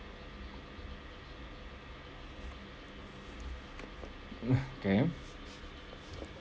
hmm okay